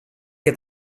que